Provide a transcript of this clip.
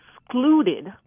excluded